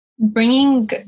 Bringing